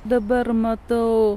dabar matau